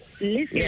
Listen